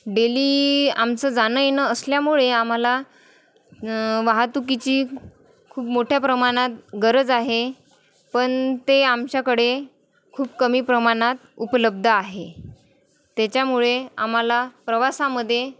daily आमचं जाणं येणं असल्यामुळे आम्हाला वाहतुकीची खूप मोठ्या प्रमाणात गरज आहे पण ते आमच्याकडे खूप कमी प्रमाणात उपलब्ध आहे त्याच्यामुळे आम्हाला प्रवासामध्ये